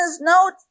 note